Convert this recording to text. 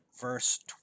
verse